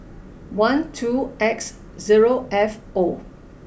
one two X zero F O